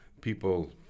people